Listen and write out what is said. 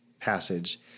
passage